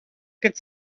could